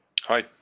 Hi